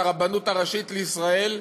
את הרבנות הראשית לישראל,